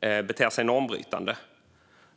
beter sig normbrytande.